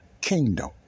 kingdom